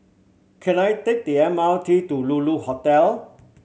can I take the M R T to Lulu Hotel